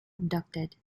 abducted